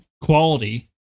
quality